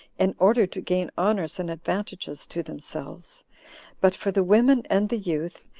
in order to gain honors and advantages to themselves but for the women and the youth,